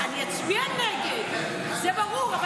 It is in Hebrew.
אני אצביע נגד, זה ברור.